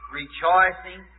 rejoicing